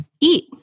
eat